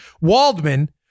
Waldman